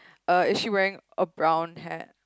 uh is she wearing a brown hat